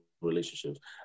relationships